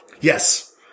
Yes